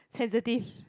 sensitive